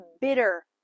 bitter